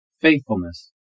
Faithfulness